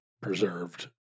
preserved